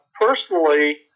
personally